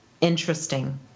interesting